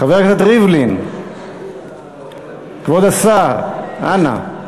חבר הכנסת ריבלין, כבוד השר, אנא.